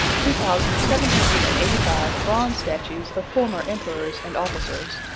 two thousand seven hundred and eighty five bronze statues of former emperors and officers,